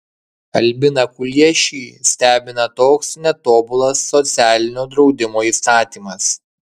albiną kuliešį stebina toks netobulas socialinio draudimo įstatymas